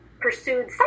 pursued